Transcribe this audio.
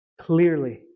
clearly